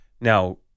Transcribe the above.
now